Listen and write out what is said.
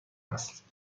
است